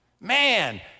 Man